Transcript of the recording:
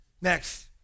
Next